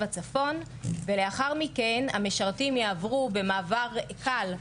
צפון ולאחר מכן המשרתים יעברו במעבר קל.